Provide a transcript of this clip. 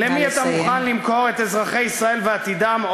למי אתה מוכן למכור את אזרחי ישראל ועתידם?